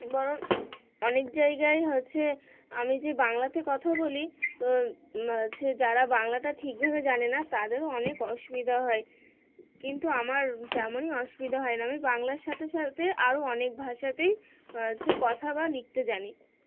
বরং অনেক জায়গায় হচ্ছে আমি যে বাংলাতে কথা বলি তো সে যারা বাংলাটা ঠিকভাবে জানে না তাদেরও অনেক অসুবিধা হয় কিন্তু আমার তেমনই অসুবিধা হয় না আমি বাংলার সাথে সাথে আরও অনেক ভাষাতেই সে কথা বা লিখতে জানি